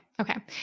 okay